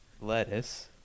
lettuce